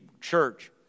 church